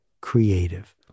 creative